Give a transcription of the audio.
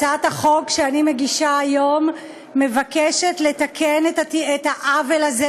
הצעת החוק שאני מגישה היום מבקשת לתקן את העוול הזה,